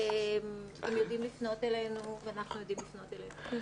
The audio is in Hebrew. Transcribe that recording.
הם יודעים לפנות אלינו ואנחנו יודעים לפנות אליהם.